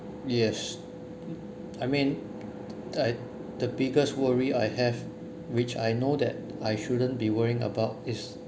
yes I mean I the biggest worry I have which I know that I shouldn't be worrying about is